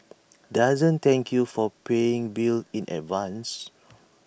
doesn't thank you for paying bills in advance